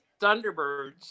Thunderbirds